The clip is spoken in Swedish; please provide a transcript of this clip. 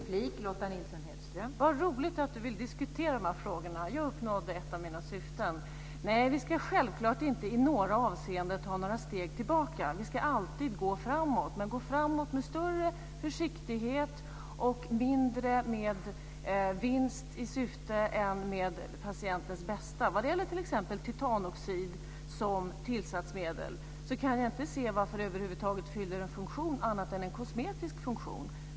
Fru talman! Vad roligt att Leif Carlson vill diskutera de här frågorna! Jag uppnådde ett av mina syften. Nej, vi ska självklart inte i några avseenden ta några steg tillbaka. Vi ska alltid gå framåt. Men vi ska gå framåt med större försiktighet. Syftet ska inte vara vinst så mycket som patientens bästa. När det t.ex. gäller titanoxid som tillsatsmedel kan jag över huvud taget inte se vad det fyller för funktion annat än kosmetiskt.